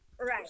Right